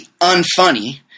unfunny